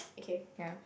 yeah